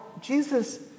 Jesus